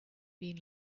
been